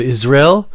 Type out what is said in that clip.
Israel